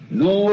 no